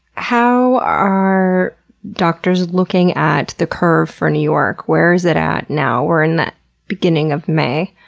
how are doctors looking at the curve for new york? where is it at now? we're in the beginning of may,